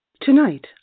Tonight